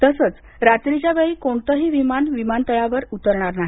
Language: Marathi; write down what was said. तसंच रात्रीच्यावेळी कोणतंही विमान विमानतळावर उतरणार नाही